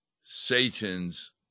Satan's